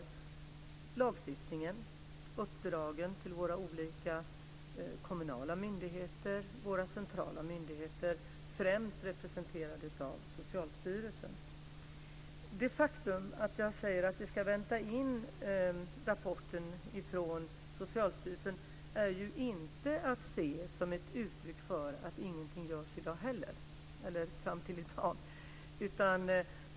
Det gäller lagstiftningen och uppdragen till olika kommunala myndigheter och centrala myndigheter, främst representerade av Socialstyrelsen. Det faktum att jag säger att vi ska vänta in rapporten från Socialstyrelsen är inte ett uttryck för att ingenting gjorts fram till i dag.